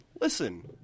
Listen